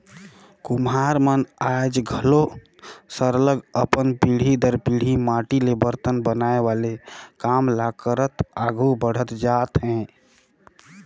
कुम्हार मन आएज घलो सरलग अपन पीढ़ी दर पीढ़ी माटी ले बरतन बनाए वाले काम ल करत आघु बढ़त जात हें